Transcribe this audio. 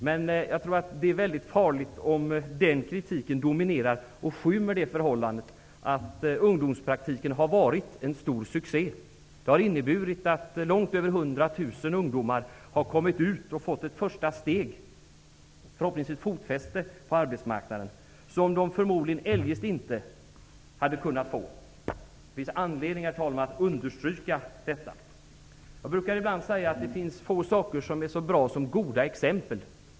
Men jag tror att det är farligt om den kritiken dominerar och skymmer det förhållandet att ungdomspraktiken har varit en stor succé. Den har inneburit att långt över 100 000 ungdomar har kommit ut, fått ta ett första steg och förhoppningsvis fått fotfäste på arbetsmarknaden, vilket de förmodligen eljest inte hade kunnat få. Det finns anledning att understryka detta, herr talman! Jag brukar ibland säga att det är få saker som är så bra som goda exempel.